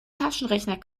taschenrechner